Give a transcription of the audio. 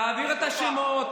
תעביר את השמות.